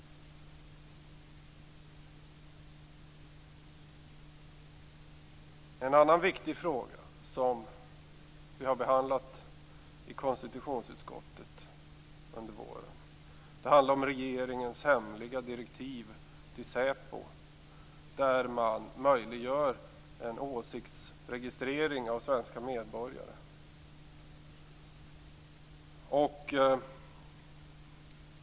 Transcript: En annan viktig fråga som vi har behandlat i konstitutionsutskottet under våren är regeringens hemliga direktiv till säpo, där man möjliggör en åsiktsregistrering av svenska medborgare.